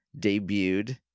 debuted